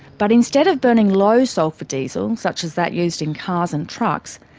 but instead of burning low sulphur diesel such as that used in cars and trucks,